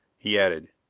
he added,